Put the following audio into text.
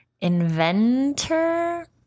inventor